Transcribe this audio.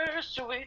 Sweet